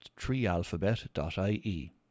treealphabet.ie